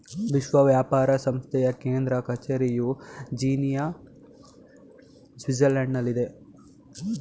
ವಿಶ್ವ ವ್ಯಾಪಾರ ಸಂಸ್ಥೆಯ ಕೇಂದ್ರ ಕಚೇರಿಯು ಜಿನಿಯಾ, ಸ್ವಿಟ್ಜರ್ಲ್ಯಾಂಡ್ನಲ್ಲಿದೆ